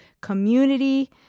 community